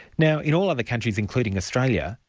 now in all other countries, including australia,